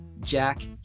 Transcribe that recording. Jack